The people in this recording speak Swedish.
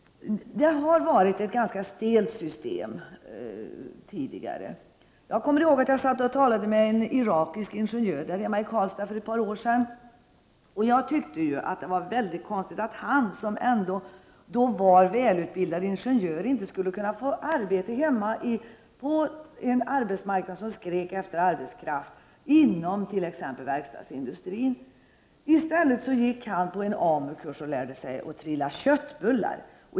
Det har tidigare varit ett ganska stelt system. Jag kommer ihåg att jag för ett par år sedan satt och talade med en irakisk ingenjör där hemma i Karlstad. Och jag tyckte att det var mycket konstigt att han, som ändå var välutbildad ingenjör, inte skulle kunna få arbete på en arbetsmarknad som skrek efter arbetskraft, t.ex. inom verkstadsindustrin. I stället gick han på en AMU-kurs och lärde sig trilla köttbullar.